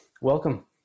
Welcome